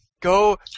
Go